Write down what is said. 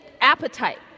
appetite